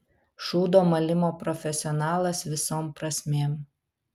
šūdo malimo profesionalas visom prasmėm